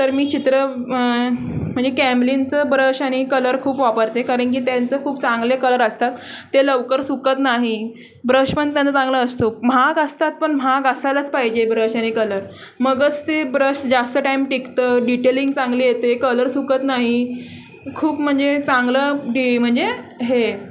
तर मी चित्र म्हणजे कॅम्लीनचं ब्रश आणि कलर खूप वापरते कारण की त्यांचं खूप चांगले कलर असतात ते लवकर सुकत नाही ब्रश पण त्याना चांगलं असतो महाग असतात पण महाग असायलाच पाहिजे ब्रश आणि कलर मगच ते ब्रश जास्त टाईम टिकतं डिटेलिंग चांगले येते कलर सुकत नाही खूप म्हणजे चांगलं डी म्हणजे हे